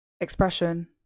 expression